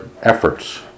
efforts